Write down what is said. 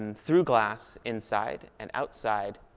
through glass inside and outside,